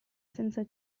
senza